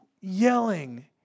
yelling